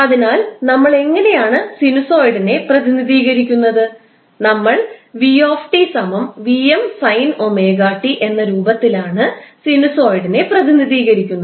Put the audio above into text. അതിനാൽ നമ്മൾ എങ്ങനെയാണ് സിനുസോയിഡിനെ പ്രതിനിധീകരിക്കുന്നത് നമ്മൾ 𝑣𝑡 𝑉𝑚 sin 𝜔𝑡 എന്ന രൂപത്തിലാണ് സിനുസോയിഡിനെ പ്രതിനിധീകരിക്കുന്നത്